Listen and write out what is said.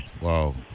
Wow